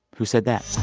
who said that